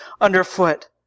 underfoot